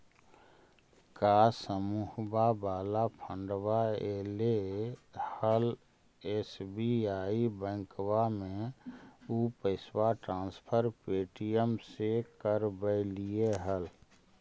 का समुहवा वाला फंडवा ऐले हल एस.बी.आई बैंकवा मे ऊ पैसवा ट्रांसफर पे.टी.एम से करवैलीऐ हल?